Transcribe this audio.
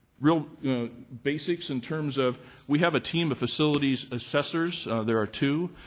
real basics in terms of we have a team of facilities assessors. there are two.